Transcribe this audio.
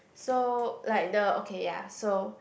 so like the okay ya so